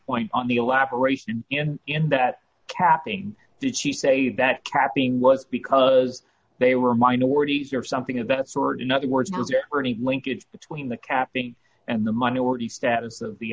point on the elaboration and in that capping did she say that capping was because they were minorities or something of that sort in other words or any linkage between the capping and the minority status of the